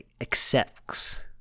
accepts